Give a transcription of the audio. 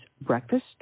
breakfast